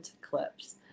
clips